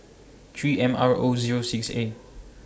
three M R O Zero six A